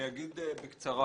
אני אגיד בקצרה,